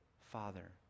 Father